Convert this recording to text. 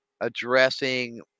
addressing